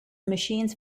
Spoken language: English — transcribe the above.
machines